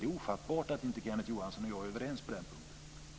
Det är ofattbart att inte Kenneth Johansson och jag är överens på den punkten.